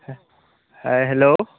ᱦᱮ hello